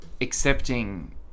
accepting